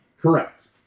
Correct